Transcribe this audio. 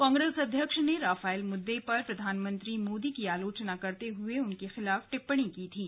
कांग्रेस अध्यक्ष ने रफाल मुद्दे पर प्रधानमंत्री मोदी की आलोचना करते हुए उनके खिलाफ टिप्पणी की थी